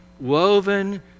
woven